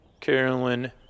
Carolyn